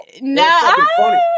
no